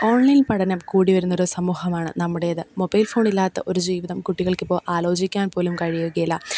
online പഠനം കൂടി വരുന്നൊരു സമൂഹമാണ് നമ്മുടേത് മൊബൈൽ ഫോണില്ലാത്ത ഒരു ജീവിതം കുട്ടികൾക്കിപ്പോൾ ആലോചിക്കാൻ പോലും കഴിയുകയില്ല